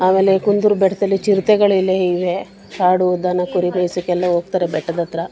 ಆಮೇಲೆ ಈ ಕುಂದೂರು ಬೆಟ್ಟದಲ್ಲಿ ಚಿರತೆಗಳೆಲ್ಲ ಇವೆ ಆಡು ದನ ಕುರಿ ಮೇಯ್ಸೋಕ್ಕೆಲ್ಲ ಹೋಗ್ತಾರೆ ಬೆಟ್ಟದ ಹತ್ರ